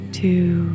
two